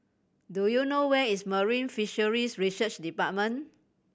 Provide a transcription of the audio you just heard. do you know where is Marine Fisheries Research Department